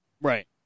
right